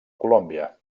colòmbia